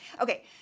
Okay